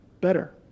better